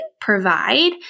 provide